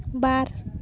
ᱵᱟᱨ